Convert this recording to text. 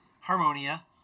Harmonia